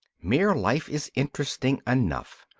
mere life is interesting enough.